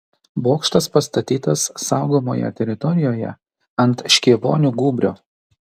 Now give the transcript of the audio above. bokštas pastatytas saugomoje teritorijoje ant škėvonių gūbrio